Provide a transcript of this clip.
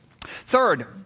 Third